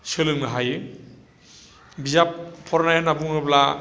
सोलोंनो हायो बिजाब फरायनाय होनना बुङोब्ला